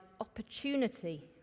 opportunity